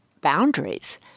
boundaries